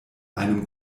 einem